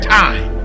time